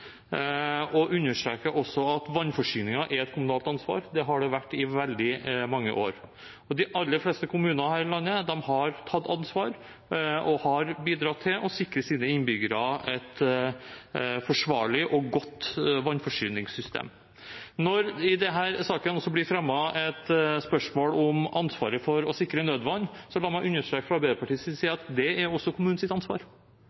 at vannforsyningen er et kommunalt ansvar. Det har det vært i veldig mange år. De aller fleste kommuner her i landet har tatt ansvar og bidratt til å sikre sine innbyggere et forsvarlig og godt vannforsyningssystem. Når det i denne saken også blir fremmet et spørsmål om ansvaret for å sikre nødvann, så la meg understreke fra Arbeiderpartiets side at det også er kommunens ansvar.